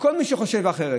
וכל מי שחושב אחרת,